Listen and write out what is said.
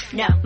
no